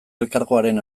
elkargoaren